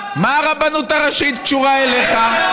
לא, מה הרבנות הראשית קשורה אליך?